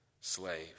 slave